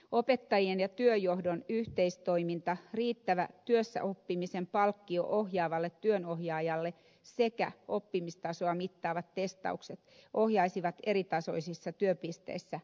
opettajien ja työnjohdon yhteistoiminta riittävä työssä oppimisen palkkio ohjaavalle työnohjaajalle sekä oppimistasoa mittaavat testaukset ohjaisivat eritasoisissa työpisteissä oppimista